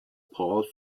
paul